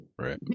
Right